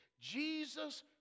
Jesus